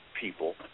people